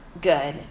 good